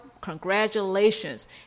congratulations